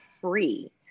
free